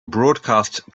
broadcast